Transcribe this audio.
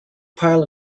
pile